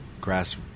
grass